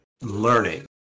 learning